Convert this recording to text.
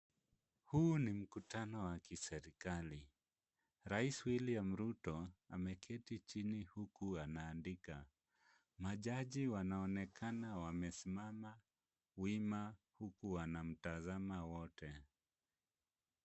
Huu ni mkutano wa kiserikali. Rais William Ruto, ameketi chini huku anaandika. Majaji wanaonekana wamesimama wima huku wanamtazama wote.